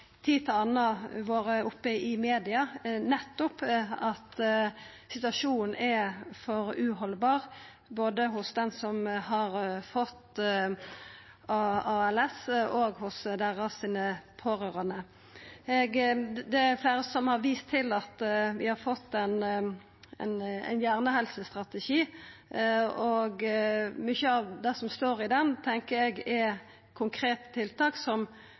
har iblant vore oppe i media at situasjonen er uhaldbar både for den som har fått ALS, og for deira pårørande. Det er fleire som har vist til at vi har fått ein hjernehelsestrategi, og mykje av det som står i den, tenkjer eg er konkrete tiltak som